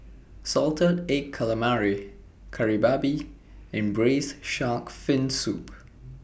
Salted Egg Calamari Kari Babi and Braised Shark Fin Soup